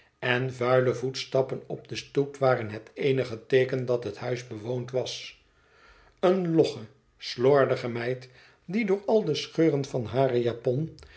en vuile voetstappen op de stoep waren het eenige teeken dat het huis bewoond was eene logge slordige meid die door al de scheuren van hare japon